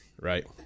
right